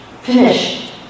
finish